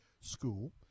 school